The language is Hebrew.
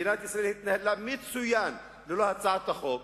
מדינת ישראל התנהלה מצוין ללא הצעת החוק,